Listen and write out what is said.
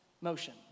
motion